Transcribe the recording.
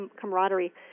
camaraderie